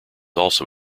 also